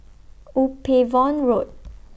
Upavon Road